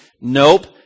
Nope